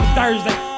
Thursday